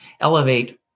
elevate